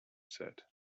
said